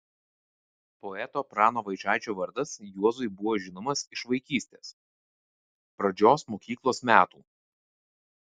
poeto prano vaičaičio vardas juozui buvo žinomas iš vaikystės pradžios mokyklos metų